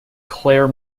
claire